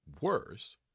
worse